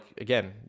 again